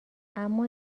اما